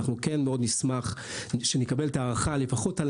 אנחנו כן מאוד נשמח שנקבל את ההארכה לפחות על